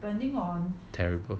terrible